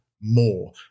more